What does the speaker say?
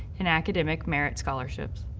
and academic merit scholarships.